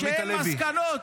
שאין מסקנות?